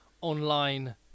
online